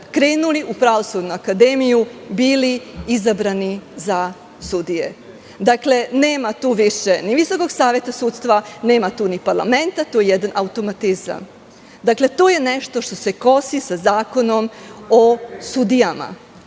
krenuli u Pravosudnu akademiju bili izabrani za sudije. Nema tu više ni Visokog saveta sudstva, nema tu ni parlamenta. To je jedan automatizam. To nešto što se kosi sa Zakonom o sudijama.